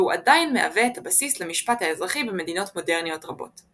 והוא עדיין מהווה את הבסיס למשפט האזרחי במדינות מודרניות רבות.